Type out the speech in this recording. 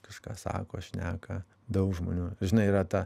kažką sako šneka daug žmonių žinai yra ta